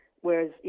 whereas